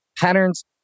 Patterns